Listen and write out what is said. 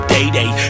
Day-Day